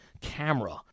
camera